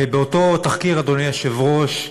באותו תחקיר, אדוני היושב-ראש,